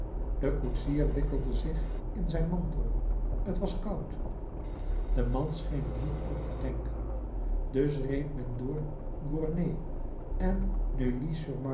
de koetsier wikkelde zich in zijn mantel t was koud de man scheen er niet aan te denken dus reed men door gournay en